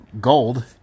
gold